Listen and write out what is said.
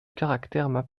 caractère